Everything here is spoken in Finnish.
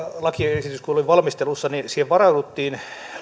lakiesitys oli valmistelussa niin siihen varauduttiin